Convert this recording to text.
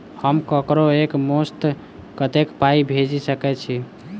हम ककरो एक मुस्त कत्तेक पाई भेजि सकय छी?